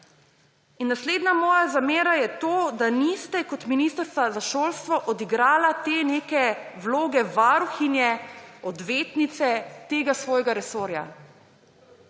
In naslednja moja zamera je to, da niste kot ministrica za šolstvo odigrali te neke vloge varuhinje, odvetnice tega svojega resorja.